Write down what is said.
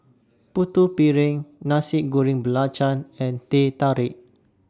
Putu Piring Nasi Goreng Belacan and Teh Tarik